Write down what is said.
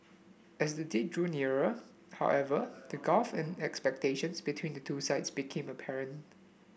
as the date drew nearer however the gulf in expectations between the two sides became apparent